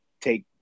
take